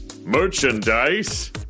merchandise